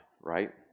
right